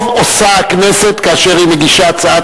טוב עושה הכנסת כאשר היא מגישה הצעת